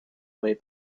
way